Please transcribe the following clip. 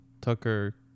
Tucker